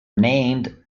named